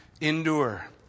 endure